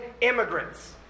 immigrants